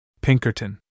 Pinkerton